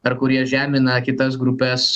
ar kurie žemina kitas grupes